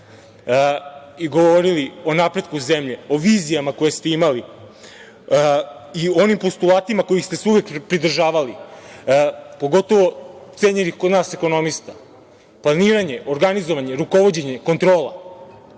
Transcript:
i govorili o napretku zemlje, o vizijama koje ste imali i onim postulatima kojih ste se uvek pridržavali, pogotovo cenjenih kod nas ekonomista – planiranje, organizovanje, rukovođenje, kontrola.